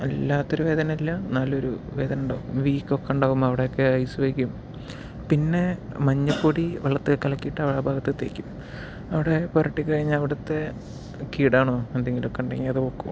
വല്ലാത്തൊരു വേദനയില്ല എന്നാലും ഒരു വേദന ഉണ്ടാകും വീക്കം ഒക്കെ ഉണ്ടാകും അവിടെയൊക്കെ ഐസ് വെയ്ക്കും പിന്നെ മഞ്ഞൾ പൊടി വെള്ളത്തിൽ കലക്കിട്ട് ആ ഭാഗത്തേക്ക് തേക്കും അവിടെ പുരട്ടി കഴിഞ്ഞാൽ അവിടത്തെ കിടാണു എന്തെങ്കിലും ഉണ്ടങ്കിൽ അത് പൊയ്ക്കൊള്ളും